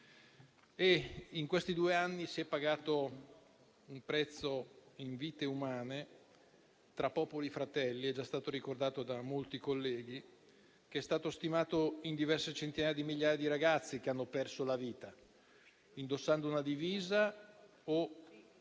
In questi due anni, si è pagato un prezzo in vite umane tra popoli fratelli - è già stato ricordato da molti colleghi - che è stato stimato in diverse centinaia di migliaia di giovani che hanno perso la vita indossando una divisa o